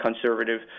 conservative